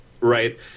right